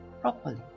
properly